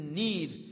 need